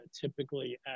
typically